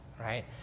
right